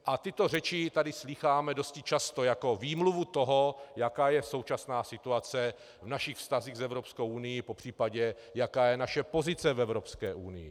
A tyto řeči tady slýcháme dosti často jako výmluvu toho, jaká je současná situace v našich vztazích s Evropskou unií, popřípadě jaká je naše pozice v Evropské unii.